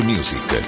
Music